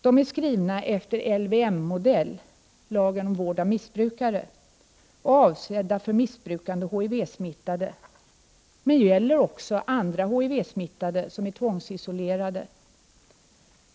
De är skrivna efter modell av LVM, lagen om vård av missbrukare, och är avsedda för missbrukande HIV-smittade, men de gäller också andra HIV-smittade som är tvångsisolerade.